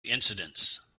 incidents